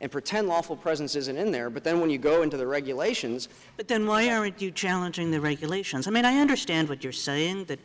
and pretend lawful presence isn't in there but then when you go into the regulations but then why aren't you challenging the regulations i mean i understand what you're saying that